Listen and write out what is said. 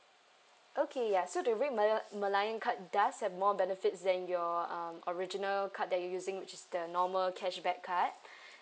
okay ya so the red mala~ malayan card does have more benefits than your um original card that you using which is the normal cashback card